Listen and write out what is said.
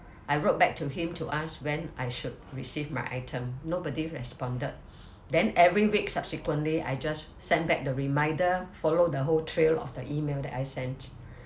I wrote back to him to ask when I should receive my item nobody responded then every week subsequently I just sent back the reminder follow the whole trail of the email that I sent